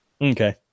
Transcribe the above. Okay